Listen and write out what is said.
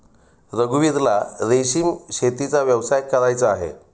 रघुवीरला रेशीम शेतीचा व्यवसाय करायचा आहे